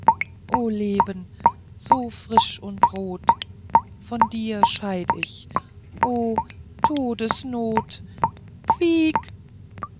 o leben so frisch und rot von dir scheid ich o todesnot quiek